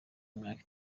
y’imyaka